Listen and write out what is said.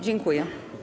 Dziękuję.